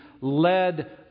led